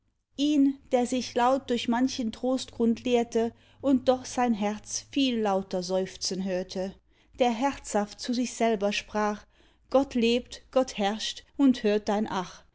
ihn der sich laut durch manchen trostgrund lehrte und doch sein herz viel lauter seufzen hörte der herzhaft zu sich selber sprach gott lebt gott herrscht und hört dein ach